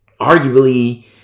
Arguably